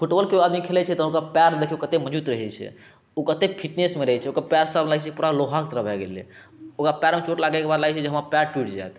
football कोइ आदमी खेलै छै तऽ ओकर पाएर देखिऔ कतेक मजबूत रहै छै ओ कतेक फिटनेसमे रहै छै ओकर पाएरसब लागै छै पूरा लोहाके भऽ गेलैए ओकर पाएरमे चोट लागैके बाद लागै छै हमर पैर टुटि जाएत